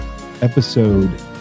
episode